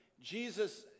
Jesus